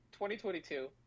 2022